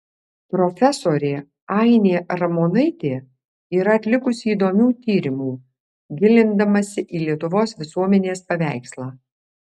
profesorė ainė ramonaitė yra atlikusi įdomių tyrimų gilindamasi į lietuvos visuomenės paveikslą